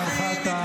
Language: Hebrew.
זמנך תם.